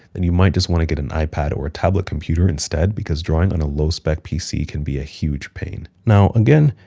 then you might just want to get an ipad or a tablet computer instead, because drawing on a low-spec pc can be a huge pain. now, again,